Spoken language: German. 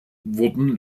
wurden